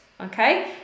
Okay